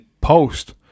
post